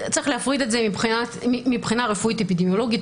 צריך להפריד מבחינה רפואית אפידמיולוגית